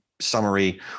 summary